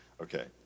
Okay